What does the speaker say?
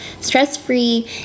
stress-free